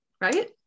right